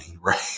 right